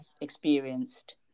experienced